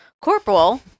Corporal